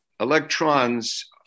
electrons